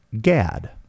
Gad